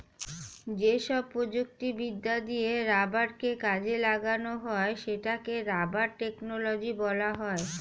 যেসব প্রযুক্তিবিদ্যা দিয়ে রাবারকে কাজে লাগানো হয় সেটাকে রাবার টেকনোলজি বলা হয়